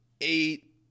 eight